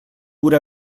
pur